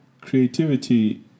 creativity